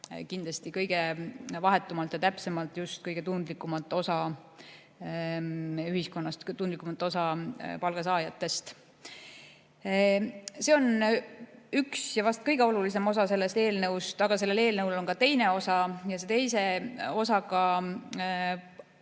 kindlasti kõige vahetumalt ja täpsemalt just kõige tundlikumat osa ühiskonnast, tundlikumat osa palgasaajatest. See on üks ja vast kõige olulisem osa sellest eelnõust, aga sellel eelnõul on ka teine osa. Teise osaga on meil